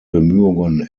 bemühungen